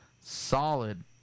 solid